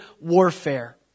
warfare